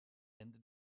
ende